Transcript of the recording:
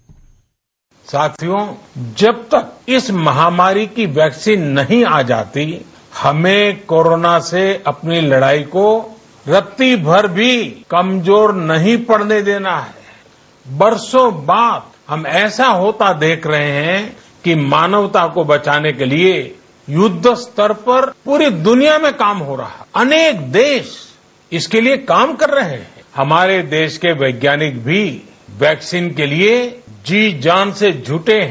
bite साथियों जब तक इस महामारी की वैक्सीन नहीं आ जाती हमें कोरोना से अपनी लड़ाई को रत्ती भर भी कमजोर नहीं पड़ने देना है बरसों बाद हम ऐसा होता देख रहे हैं कि मानवता को बचाने के लिए युद्ध स्तर पर पूरे दुनिया में काम हो रहा है अनेक देश इस के लिए काम कर रहे हैं हमारे देश के वैज्ञानिक भी वैक्सीन के लिए जी जान से जुटे हैं